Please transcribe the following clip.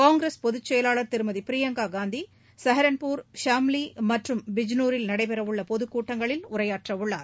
காங்கிரஸ் பொதுச்செயலாளர் திருமதி பிரியங்கா காந்தி சஹரான்பூர் ஷம்லி மற்றும் பிஜ்னோரில் நடைபெறவுள்ள பொதுக்கூட்டங்களில் உரையாற்றவுள்ளார்